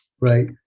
Right